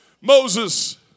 Moses